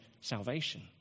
salvation